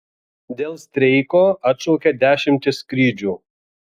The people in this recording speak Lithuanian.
dėl streiko atšaukia dešimtis skrydžių